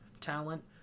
talent